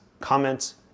comments